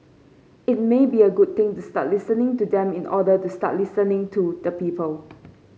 it may be a good thing to start listening to them in order to start listening to the people